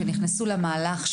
אני יודעת שכשנכנסו למהלך,